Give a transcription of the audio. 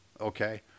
Okay